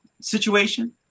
situation